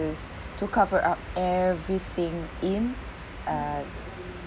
to cover up everything in uh